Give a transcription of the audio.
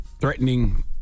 threatening